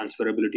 transferability